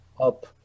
up